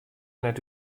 net